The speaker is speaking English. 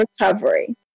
recovery